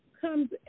comes